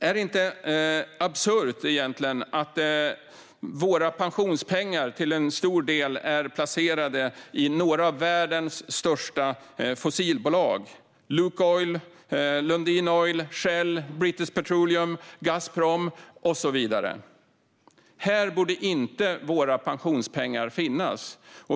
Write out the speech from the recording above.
Är det inte absurt att våra pensionspengar till stor del är placerade i några av världens största fossilbolag - Lukoil, Lundin Petroleum, Shell, British Petroleum, Gazprom och så vidare? Här borde inte våra pensionspengar finnas.